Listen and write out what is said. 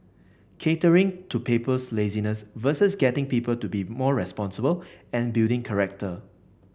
catering to people's laziness versus getting people to be more responsible and building character